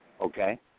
Okay